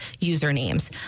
usernames